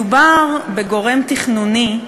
מדובר בגורם תכנוני,